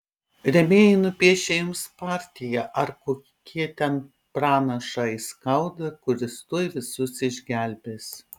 rėmėjai nupiešia jums partiją ar kokie ten pranašą aiskaudą kuris tuoj visus išgelbės